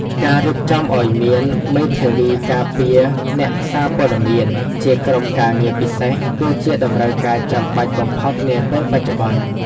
ការរៀបចំឱ្យមាន "មេធាវីការពារអ្នកសារព័ត៌មាន" ជាក្រុមការងារពិសេស គឺជាតម្រូវការចាំបាច់បំផុតនាពេលបច្ចុប្បន្ន។